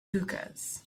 hookahs